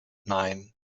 nein